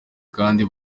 kandi